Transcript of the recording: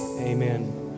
amen